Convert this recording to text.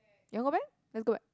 you want go back let's go back